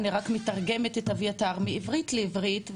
אני רק מתרגמת את אביתר מעברית לעברית,